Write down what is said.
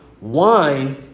wine